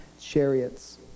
chariots